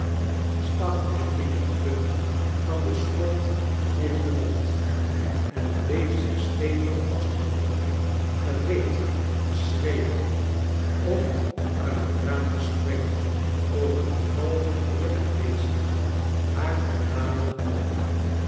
stak affery de punt van de schort weer in den mond en bleef zich stevig vasthoudende r gereed om te schreeuwen of uit het raam te springen voor het geval haar heer en meester haar te na mocht komen